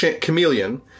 chameleon